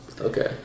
Okay